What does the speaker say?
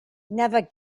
never